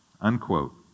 Unquote